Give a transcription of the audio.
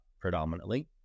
predominantly